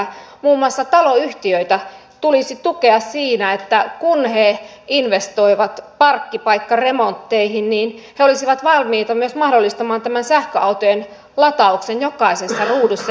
muun muassa taloyhtiöitä tulisi tukea siinä kun ne investoivat parkkipaikkaremontteihin että ne olisivat valmiita myös mahdollistamaan sähköautojen latauksen jokaisessa ruudussa